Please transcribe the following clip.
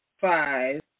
five